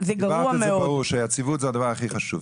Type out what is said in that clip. כן כן, את אמרת שיציבות זה הדבר הכי חשוב.